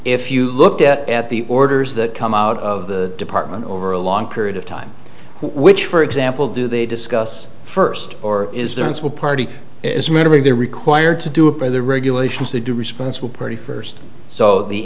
if you look at at the orders that come out of the department over a long period of time which for example do they discuss first or is defensible party is mentoring they're required to do it by the regulations they do a responsible party first so the